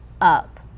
up